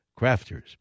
Crafters